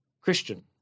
christian